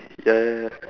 ya ya ya